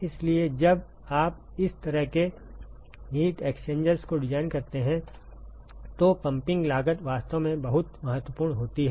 इसलिए जब आप इस तरह के हीट एक्सचेंजर्स को डिजाइन करते हैं तो पंपिंग लागत वास्तव में बहुत महत्वपूर्ण होती है